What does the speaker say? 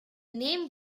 name